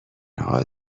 حال